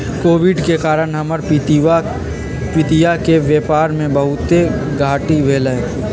Covid के कारण हमर पितिया के व्यापार में बहुते घाट्टी भेलइ